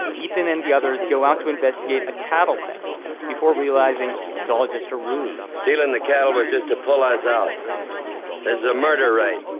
ah ethan and the others go out to investigate a cattle theft before realizing it's all just a ruse stealing the cattle was just to pull us out there's a murder right.